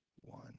one